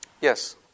Yes